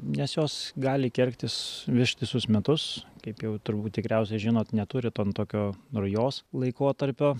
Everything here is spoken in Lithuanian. nes jos gali kergtis ištisus metus kaip jau turbūt tikriausiai žinot neturi ten tokio rujos laikotarpio